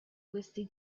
questi